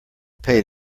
paid